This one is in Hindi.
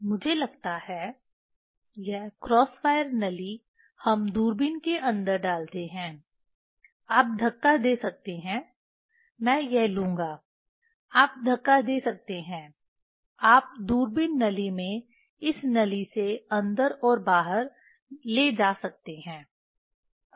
यह मुझे लगता है यह क्रॉस वायर नली हम दूरबीन के अंदर डालते हैं आप धक्का दे सकते हैं मैं यह लूंगा आप धक्का दे सकते हैं आप दूरबीन नली में इस नली से अंदर और बाहर ले जा सकते हैं